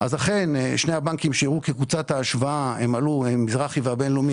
אכן שני הבנקים שהיו כקבוצת ההשוואה מזרחי והבינלאומי